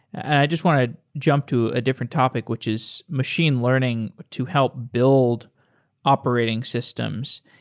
and i just want to jump to a different topic, which is machine learning to help build operating systems.